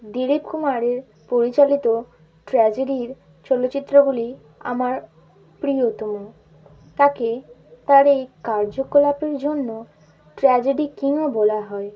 দিলীপ কুমারের পরিচালিত ট্র্যাজেডির চলচ্চিত্রগুলি আমার প্রিয়তম তাকে তার এই কার্যকলাপের জন্য ট্র্যাজেডি কিংও বলা হয়